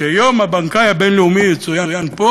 כשיום הבנקאי הבין-לאומי יצוין פה,